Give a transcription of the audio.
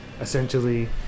essentially